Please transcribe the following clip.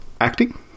acting